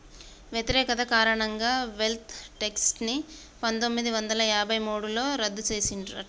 వ్యతిరేకత కారణంగా wealth tax ని పందొమ్మిది వందల యాభై మూడులో రద్దు చేసిండ్రట